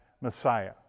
Messiah